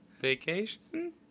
vacation